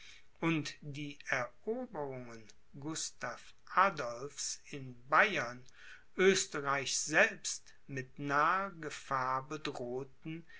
und die eroberungen gustav adolphs in bayern oesterreich selbst mit naher gefahr bedrohten